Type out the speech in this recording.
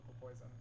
poison